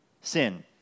sin